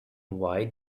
why